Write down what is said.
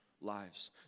lives